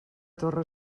torre